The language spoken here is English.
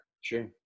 Sure